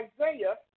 Isaiah